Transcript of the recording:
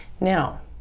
Now